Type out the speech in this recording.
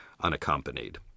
unaccompanied